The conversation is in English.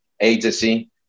agency